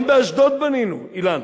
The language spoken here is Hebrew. גם באשדוד בנינו, אילן.